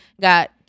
got